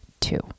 two